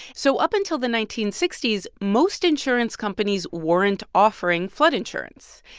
so up until the nineteen sixty s, most insurance companies weren't offering flood insurance.